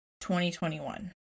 2021